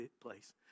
place